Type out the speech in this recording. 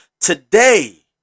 today